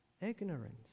Ignorance